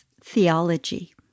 Theology